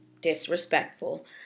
disrespectful